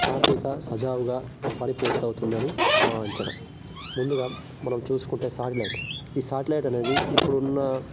సాఫీగా సజావుగా పని పూర్తవుతుందని భావించడం ముందుగా మనం చూసుకుంటే సాటిలైట్ ఈ సాటిలైట్ అనేది ఇప్పుడున్న